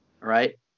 right